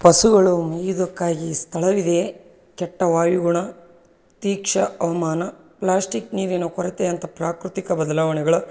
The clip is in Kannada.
ಪಶುಗಳು ಮೇಯೋದಕ್ಕಾಗಿ ಸ್ಥಳವಿದೆಯೇ ಕೆಟ್ಟ ವಾಯುಗುಣ ತೀಕ್ಷ್ಣ ಹವ್ಮಾನ ಪ್ಲಾಸ್ಟಿಕ್ ನೀರಿನ ಕೊರತೆಯಂಥ ಪ್ರಾಕೃತಿಕ ಬದಲಾವಣೆಗಳ